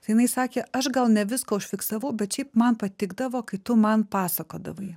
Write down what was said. jinai sakė aš gal ne viską užfiksavau bet šiaip man patikdavo kai tu man pasakodavai